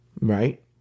right